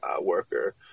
worker